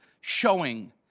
showing